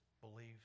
believe